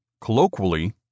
colloquially